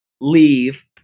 leave